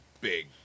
big